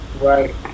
Right